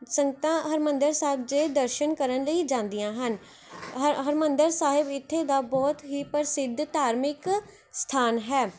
ਸੰਗਤਾਂ ਹਰਿਮੰਦਰ ਸਾਹਿਬ ਦੇ ਦਰਸ਼ਨ ਕਰਨ ਲਈ ਜਾਂਦੀਆਂ ਹਨ ਹਰ ਹਰਿਮੰਦਰ ਸਾਹਿਬ ਇੱਥੇ ਦਾ ਬਹੁਤ ਹੀ ਪ੍ਰਸਿੱਧ ਧਾਰਮਿਕ ਸਥਾਨ ਹੈ